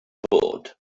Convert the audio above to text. bod